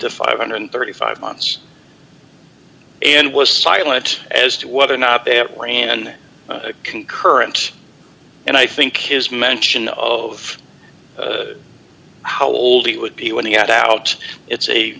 to five hundred and thirty five months and was silent as to whether or not they have an concurrent and i think his mention of how old he would be when he got out it's a